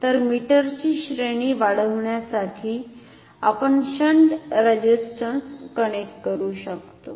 तर मीटरची श्रेणी वाढविण्यासाठी आपण शंट रेसिस्टन्स कनेक्ट करू शकतो